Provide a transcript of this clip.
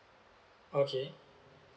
okay